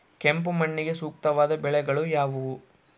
ಕೆಂಪು ಮಣ್ಣಿಗೆ ಸೂಕ್ತವಾದ ಬೆಳೆಗಳು ಯಾವುವು?